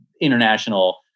international